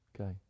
Okay